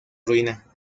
ruina